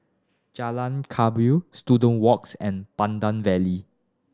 Jalan Kebaya Student Walks and Pandan Valley